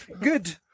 Good